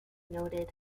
noted